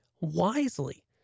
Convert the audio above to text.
wisely